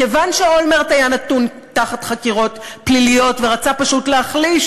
כיוון שאולמרט היה נתון תחת חקירות פליליות ורצה פשוט להחליש